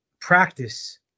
practice